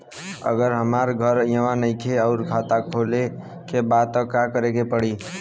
अगर हमार घर इहवा नईखे आउर खाता खोले के बा त का करे के पड़ी?